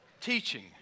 teaching